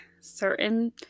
certain